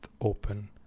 open